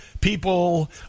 people